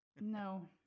No